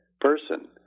person